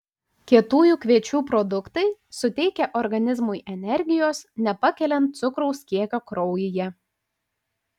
kietųjų kviečių produktai suteikia organizmui energijos nepakeliant cukraus kiekio kraujyje